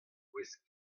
gwez